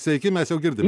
sveiki mes jau girdim